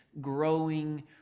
growing